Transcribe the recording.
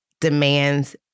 demands